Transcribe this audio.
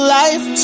life